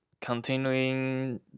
continuing